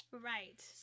Right